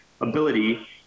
ability